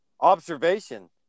observation